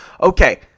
Okay